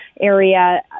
area